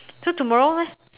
so tomorrow leh